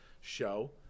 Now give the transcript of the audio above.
show